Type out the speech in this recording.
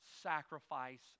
sacrifice